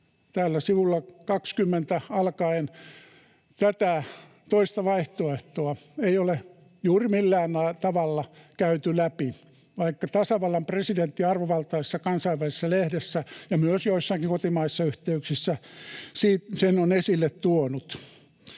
täällä, sivulta 20 alkaen, tätä toista vaihtoehtoa ei ole juuri millään tavalla käyty läpi, vaikka tasavallan presidentti arvovaltaisessa kansainvälisessä lehdessä ja myös joissakin kotimaisissa yhteyksissä sen on esille tuonut.